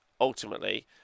ultimately